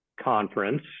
Conference